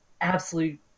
Absolute